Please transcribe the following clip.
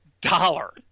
dollar